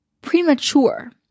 premature